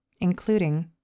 including